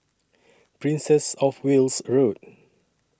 Princess of Wales Road